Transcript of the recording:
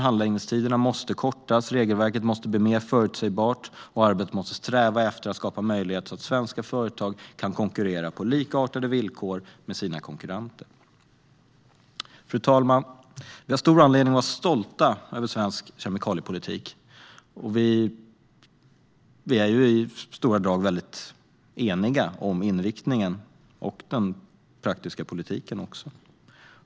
Handläggningstiderna måste kortas, regelverket måste bli mer förutsägbart och arbetet måste sträva efter att skapa möjligheter så att svenska företag kan konkurrera på likartade villkor som sina konkurrenter. Fru talman! Vi har stor anledning att vara stolta över svensk kemikaliepolitik, och i stora drag är vi väldigt eniga om inriktningen och den praktiska politiken.